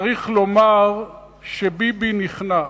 צריך לומר שביבי נכנע.